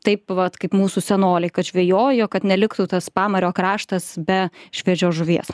taip vat kaip mūsų senoliai kad žvejojo kad neliktų tas pamario kraštas be šviežios žuvies